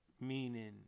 Meaning